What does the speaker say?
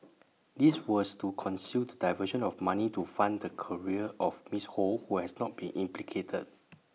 this was to conceal the diversion of money to fund the career of miss ho who has not been implicated